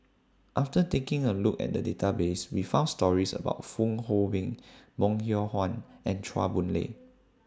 after taking A Look At The Database We found stories about Fong Hoe Beng Bong Hiong Hwa and Chua Boon Lay